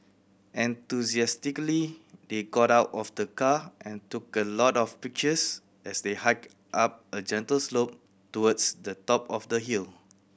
enthusiastically they got out of the car and took a lot of pictures as they hiked up a gentle slope towards the top of the hill